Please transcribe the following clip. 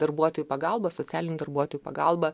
darbuotojų pagalba socialinių darbuotojų pagalba